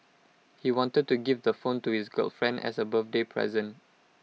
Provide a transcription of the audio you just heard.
he wanted to give the phone to his girlfriend as A birthday present